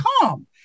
come